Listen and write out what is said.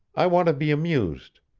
i want to be amused.